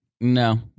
no